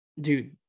Dude